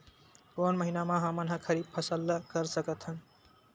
कोन महिना म हमन ह खरीफ फसल कर सकत हन?